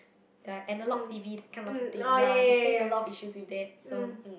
their analog T_V that kind of thing ya they face a lot of issues with that so